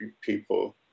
people